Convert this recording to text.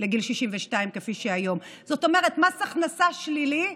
לגיל 62 כפי שזה היום, זאת אומרת, מס הכנסה שלילי,